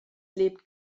lebt